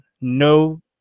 no